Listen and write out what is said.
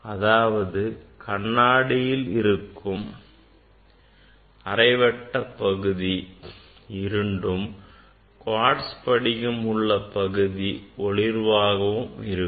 அதாவது கண்ணாடி இருக்கும் அரைவட்ட பகுதி இருண்டும் குவாட்ஸ் படிகம் உள்ள பகுதி ஒளிர்வாகவும் இருக்கும்